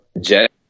jet